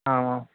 आमां